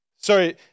Sorry